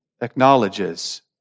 acknowledges